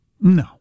No